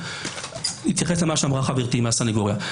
אני אתייחס למה שאמרה חברתי מהסנגוריה.